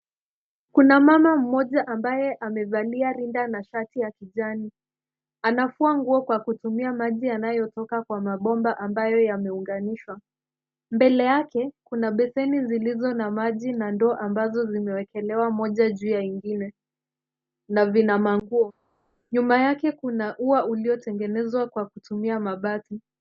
Kuna mama mmoja ambaye amevalia rinda na shati ya kijani. Anafua nguo kwa kutumia maji yanayotoka kwa mabomba ambayo yameunganishwa. Mbele yake, kuna beseni zilizo na maji na ndoo ambazo zimewekelewa moja juu ya ingine na vina manguo. Nyuma yake kuna ua uliotengenezwa kwa kutumia mabati.